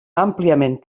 àmpliament